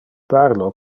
parla